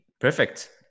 perfect